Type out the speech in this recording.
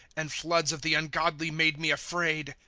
and floods of the ungodly made me afraid.